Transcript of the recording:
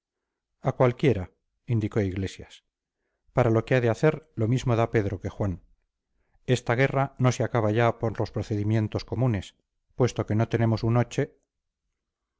a cualquiera indicó iglesias para lo que ha de hacer lo mismo da pedro que juan esta guerra no se acaba ya por los procedimientos comunes puesto que no tenemos un hoche